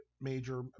major